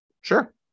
Sure